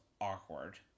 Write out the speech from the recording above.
awkward